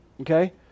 Okay